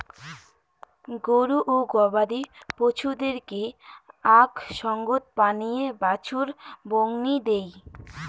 গরু ও গবাদি পছুদেরকে আক সঙ্গত পানীয়ে বাছুর বংনি দেই